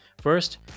First